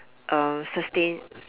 um sustain